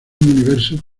universo